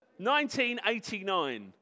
1989